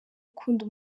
ukunda